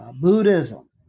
Buddhism